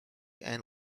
and